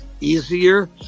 easier